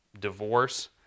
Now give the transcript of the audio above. divorce